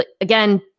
again